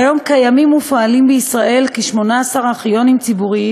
כיום קיימים ופועלים בישראל כ-18 ארכיונים ציבוריים